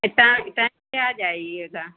time time से आ जाइएगा